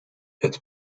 het